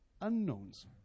unknowns